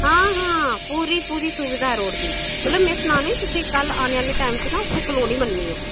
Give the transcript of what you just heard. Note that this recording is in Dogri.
आं हां पूरी सुविधा रोड़ दी ते में सनानी आं ना कल्ल आने आह्ले टाईम च उत्थें कॉलोनी बननी ऐ